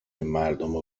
مردمو